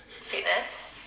fitness